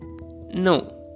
No